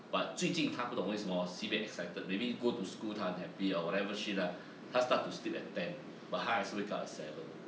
but 最近她不懂为什么 sibeh excited maybe go to school 她很 happy or whatever shit lah 她 start to sleep at ten but 她还是 wake up at seven